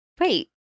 Wait